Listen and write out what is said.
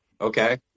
okay